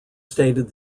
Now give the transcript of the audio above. stated